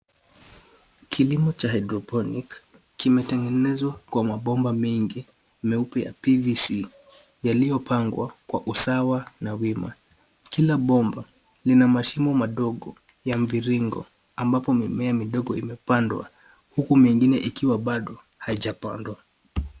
Kilimo cha hydroponic kimetengenezwa kwa mabomba mengi meupe ya PVC yaliyopangwa kwa usawa na wima. Kila bomba lina mashimo madogo ya mviringo ambapo mimea midogo imepandwa, huku mingine ikiwa bado haijapandwa.